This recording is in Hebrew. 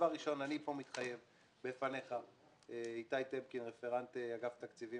אני כאן מתחייב בפניך איתי טמקין רכז באגף התקציבים